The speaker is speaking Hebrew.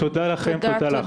תודה לכם, תודה לך.